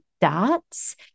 dots